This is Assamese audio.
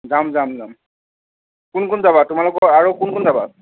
যাম যাম যাম কোন কোন যাবা তোমালোকৰ আৰু কোন কোন যাবা